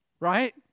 Right